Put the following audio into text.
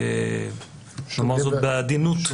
אומר את זה בעדינות,